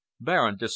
Baron